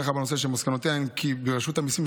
שמסקנותיה הן כי ברשות המיסים,